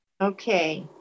Okay